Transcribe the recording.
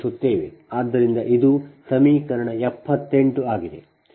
ಆದ್ದರಿಂದ ಇದು ಸಮೀಕರಣ 78 ಆಗಿದೆ